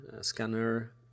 scanner